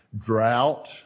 drought